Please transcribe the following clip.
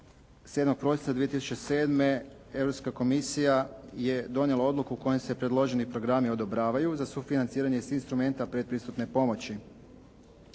7. prosinca 2007. Europska komisija je donijela odluku kojom se predloženi programi odobravaju za sufinanciranje instrumenta predpristupne pomoći.